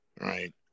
right